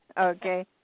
Okay